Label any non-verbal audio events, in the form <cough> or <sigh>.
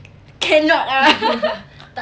cannot ah <laughs>